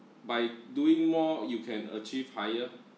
by doing more you can achieve higher